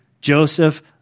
Joseph